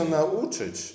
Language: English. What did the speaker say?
nauczyć